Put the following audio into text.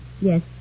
Yes